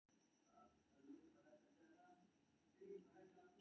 भारतीय state bank एकटा बहुराष्ट्रीय भारतीय सार्वजनिक क्षेत्रक बैंक छियै